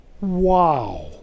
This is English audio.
Wow